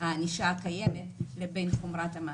הענישה הקיימת לבין חומרת המעשים.